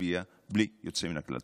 נצביע בלי יוצא מן הכלל.